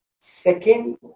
Second